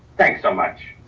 thanks so much.